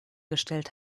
gestellt